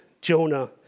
Jonah